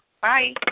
bye